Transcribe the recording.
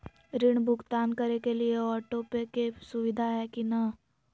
ऋण भुगतान करे के लिए ऑटोपे के सुविधा है की न?